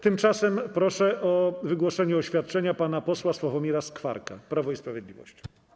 Tymczasem proszę o wygłoszenie oświadczenia pana posła Sławomira Skwarka, Prawo i Sprawiedliwość.